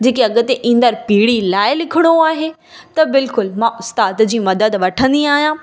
जेके अॻिते ईंदड़ पीढ़ी लाइ लिखिणो आहे त बिल्कुलु मां उस्ताद जी मदद वठंदी आहियां